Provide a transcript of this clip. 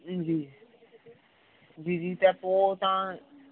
जी जी जी जी त पोइ तव्हां